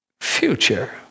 future